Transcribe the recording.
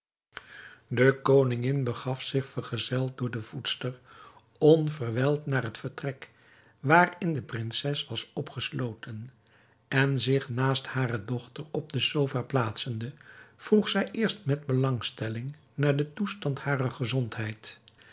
de koningin begaf zich vergezeld door de voedster onverwijld naar het vertrek waarin de prinses was opgesloten en zich naast hare dochter op de sofa plaatsende vroeg zij eerst met belangstelling naar den toestand harer gezondheid